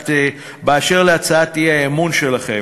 באשר להצעת האי-אמון שלכם,